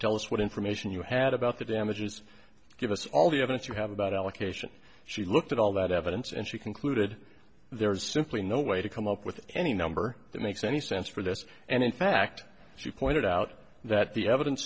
tell us what information you had about the damages give us all the evidence you have about allocation she looked at all that evidence and she concluded there is simply no way to come up with any number that makes any sense for this and in fact she pointed out that the evidence